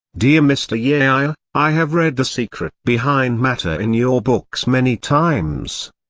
dear mr. yahya, i have read the secret behind matter in your books many times.